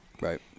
Right